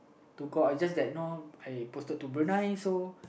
to go out is just that you know I posted to Brunei so